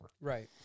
right